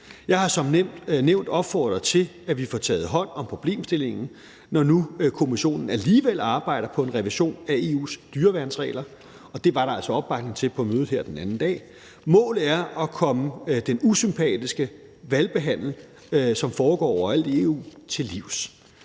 Jeg har som nævnt opfordret til, at vi får taget hånd om problemstillingen, når nu Kommissionen alligevel arbejder på en revision af EU's dyreværnsregler, og det var der altså opbakning til på mødet her den anden dag. Målet er at komme den usympatiske hvalpehandel, som foregår overalt i EU, til livs.